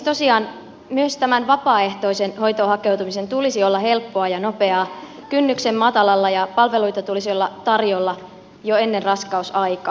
tosiaan myös tämän vapaaehtoisen hoitoon hakeutumisen tulisi olla helppoa ja nopeaa kynnyksen matalalla ja palveluita tulisi olla tarjolla jo ennen raskausaikaa